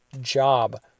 job